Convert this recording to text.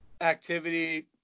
activity